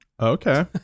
Okay